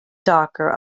darker